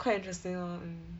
quite interesting lor mm